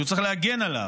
שהוא צריך להגן עליו,